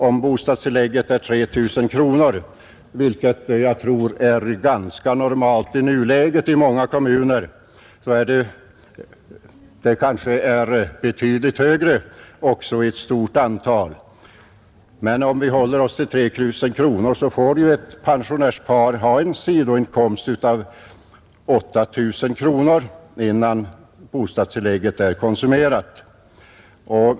Om bostadstillägget är 3 000 kronor — något som jag tror är ganska normalt i nuläget i många kommuner, även om det är betydligt högre i ett stort antal kommuner — får ett pensionärspar ha en sidoinkomst av 8000 kronor innan bostadstillägget är konsumerat.